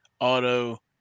auto